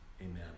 Amen